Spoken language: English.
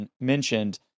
mentioned